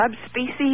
subspecies